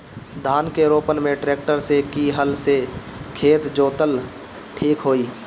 धान के रोपन मे ट्रेक्टर से की हल से खेत जोतल ठीक होई?